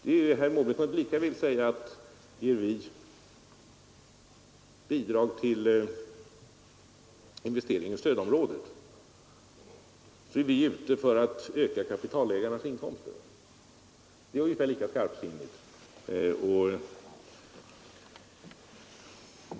Herr Måbrink kan lika väl säga, att när vi bidrar till investeringar i stödområdet, så är vi ute efter att öka kapitalägarnas inkomster. Det är ungefär lika skarpsinnigt.